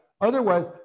Otherwise